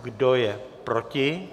Kdo je proti?